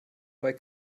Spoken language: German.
bei